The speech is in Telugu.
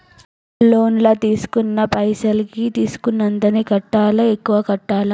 లోన్ లా తీస్కున్న పైసల్ కి తీస్కున్నంతనే కట్టాలా? ఎక్కువ కట్టాలా?